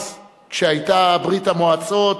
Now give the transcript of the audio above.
אז, כשהיתה ברית-המועצות,